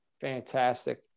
Fantastic